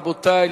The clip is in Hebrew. רבותי,